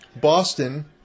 Boston